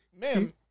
ma'am